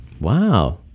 Wow